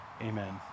amen